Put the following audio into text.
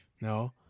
no